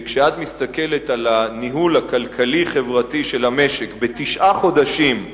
שכשאת מסתכלת על הניהול הכלכלי-חברתי של המשק בתשעה חודשים,